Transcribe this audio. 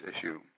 issue